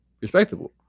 respectable